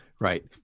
Right